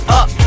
up